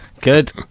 good